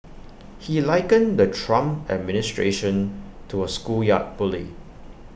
he likened the Trump administration to A schoolyard bully